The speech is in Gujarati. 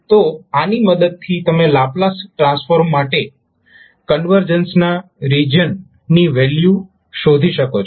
તો આની મદદથી તમે લાપ્લાસ ટ્રાન્સફોર્મ માટે કન્વર્જન્સના રીજીઅન ની વેલ્યુ શોધી શકો છો